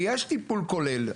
ויש טיפול כולל.